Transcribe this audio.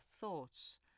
thoughts